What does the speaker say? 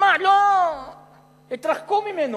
אבל התרחקו ממנו.